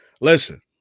Listen